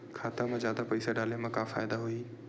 खाता मा जादा पईसा डाले मा का फ़ायदा होही?